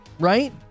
right